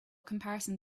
comparison